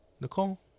Nicole